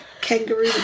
kangaroo